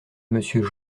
monsieur